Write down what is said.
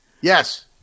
Yes